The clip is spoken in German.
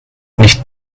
nicht